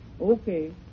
Okay